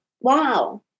wow